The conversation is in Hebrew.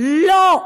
לא,